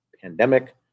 pandemic